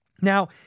Now